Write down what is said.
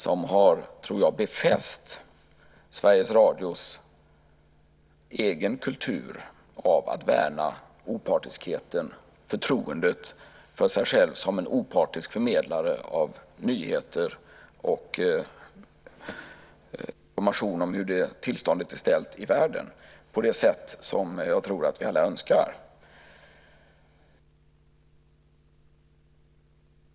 Den har, tror jag, befäst Sveriges Radios egen kultur av att värna opartiskheten och förtroendet för sig själva som opartisk förmedlare av nyheter och information om hur tillståndet är i världen på ett sätt som jag tror att vi alla önskar.